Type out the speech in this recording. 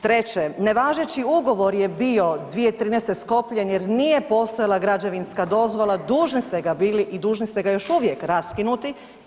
Treće, nevažeći ugovor je bio 2013. sklopljen jer nije postojala građevinska dozvola, dužni ste ga bili i dužni ste ga još uvijek raskinuti.